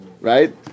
Right